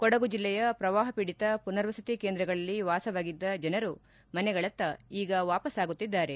ಕೊಡಗು ಜಿಲ್ಲೆಯ ಪ್ರವಾಪ ಪೀಡಿತ ಪುನರ್ ವಸತಿ ಕೇಂದ್ರಗಳಲ್ಲಿ ವಾಸವಾಗಿದ್ದ ಜನರು ಮನೆಗಳತ್ತ ವಾಪಸಾಗುತ್ತಿದ್ದಾರೆ